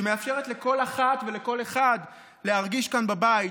שמאפשרת לכל אחת ולכל אחד להרגיש כאן בבית,